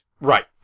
Right